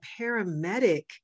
paramedic